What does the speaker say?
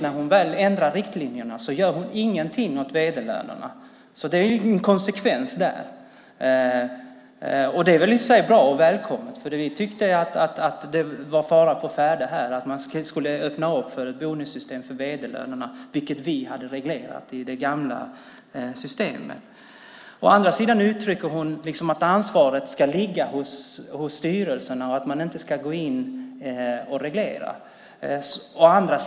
När hon väl ändrar riktlinjerna gör hon samtidigt ingenting åt vd-lönerna. Det är en inkonsekvens där. Det är i och för sig bra och välkommet. Det var här fara å färde att man skulle öppna för ett bonussystem för vd-lönerna, vilket vi hade reglerat i det gamla systemet. Å andra sidan uttrycker hon att ansvaret ska ligga hos styrelserna och att man inte ska gå in och reglera.